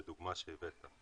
לדוגמה שהבאת.